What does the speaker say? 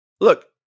look